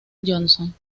johnson